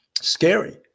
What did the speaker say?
Scary